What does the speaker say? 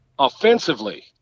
offensively